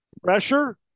Pressure